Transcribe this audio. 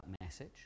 message